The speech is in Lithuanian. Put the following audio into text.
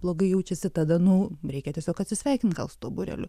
blogai jaučiasi tada nu reikia tiesiog atsisveikint gal su tuo būreliu